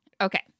Okay